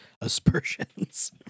aspersions